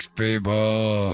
people